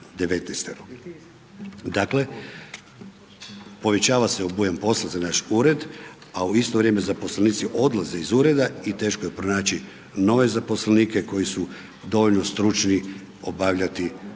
Dakle, povećava se obujam posla za naš ured, a u isto vrijeme zaposlenici odlaze iz ureda i teško je pronaći nove zaposlenike koji su dovoljno stručni obavljati tako stručne,